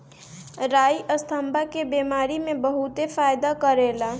राई अस्थमा के बेमारी में बहुते फायदा करेला